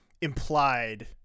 implied